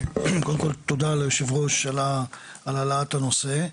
קודם כל תודה ליושב הראש על העלאת הנושא.